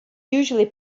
usually